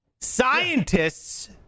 Scientists